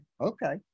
okay